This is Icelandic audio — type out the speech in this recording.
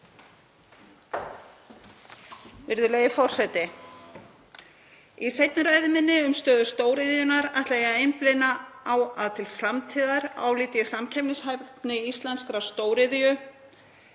Í seinni ræðu minni um stöðu stóriðjunnar ætla ég að einblína á að til framtíðar álít ég samkeppnishæfni íslenskrar stóriðju